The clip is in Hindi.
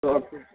तो आप